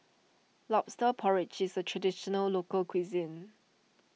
Lobster Porridge is a Traditional Local Cuisine